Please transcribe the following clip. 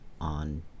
on